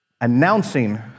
announcing